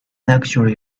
actually